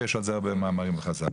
ויש על זה הרבה מאמרים לחז"ל.